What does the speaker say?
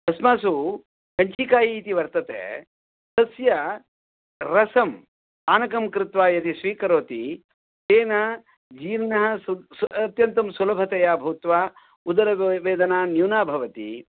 अस्मासु कञ्चिकायि इति वर्तते तस्य रसं पानकं कृत्वा यदि स्वीकरोति तेन जीर्णः सु सु अन्त्यन्तं सुलभतया भूत्वा उदरवे वेदना न्यूना भवति